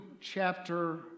chapter